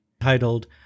titled